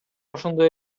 ошондой